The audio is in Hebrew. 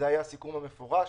זה היה הסיכום המפורש.